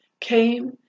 came